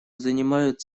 занимают